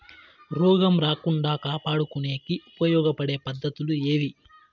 రోగం రాకుండా కాపాడుకునేకి ఉపయోగపడే పద్ధతులు ఏవి?